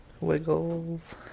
Wiggles